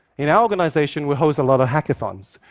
in our organization, we host a lot of hackathons,